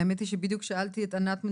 האמת היא שבדיוק שאלתי את ענת כהן שמואלי,